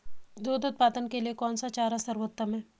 दूध उत्पादन के लिए कौन सा चारा सर्वोत्तम है?